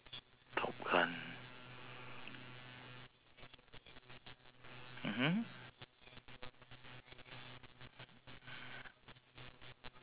top gun mmhmm